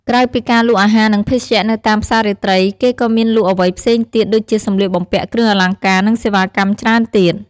ក្រៅពីការលក់អាហារនិងភេសជ្ជៈនៅតាមផ្សាររាត្រី គេក៏មានលក់អ្វីផ្សេងទៀតដូចជាសម្លៀកបំពាក់ គ្រឿងអលង្ការ និងសេវាកម្មច្រើនទៀត។